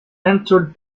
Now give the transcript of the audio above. entered